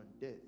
death